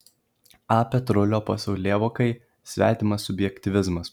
a petrulio pasaulėvokai svetimas subjektyvizmas